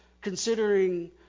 considering